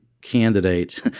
candidate